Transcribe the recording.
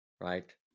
right